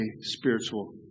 spiritual